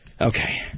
Okay